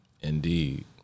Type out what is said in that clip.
Indeed